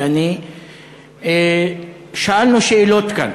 ואני שאלנו כאן